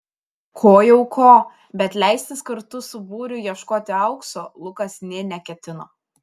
ko jau ko bet leistis kartu su būriu ieškoti aukso lukas nė neketino